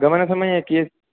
गमनसमये कियत्